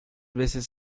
veces